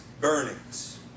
burnings